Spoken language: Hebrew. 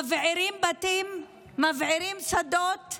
מבעירים בתים, מבעירים שדות,